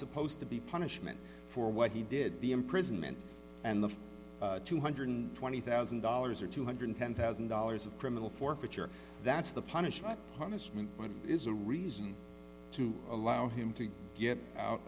supposed to be punishment for what he did the imprisonment and the two hundred and twenty thousand dollars or two hundred and ten thousand dollars of criminal forfeiture that's the punishment punishment is a reason to allow him to get out